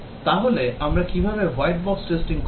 তাহলে আমরা কীভাবে white box testing করব